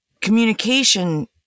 communication